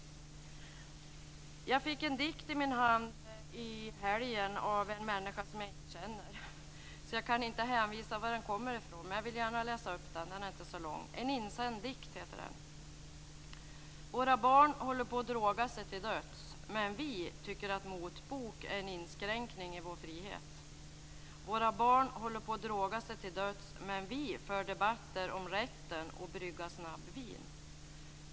Jag fick en dikt av någon jag inte känner till i min hand i helgen. Jag kan inte hänvisa till var dikten kommer från, men jag vill gärna läsa den. Dikten heter En insänd dikt. Våra barn håller på att droga sig till döds, men vi tycker att motbok är en inskränkning i vår frihet. Våra barn håller på att droga sig till döds, men vi för debatter om rätten att brygga snabbvin.